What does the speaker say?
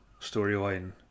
storyline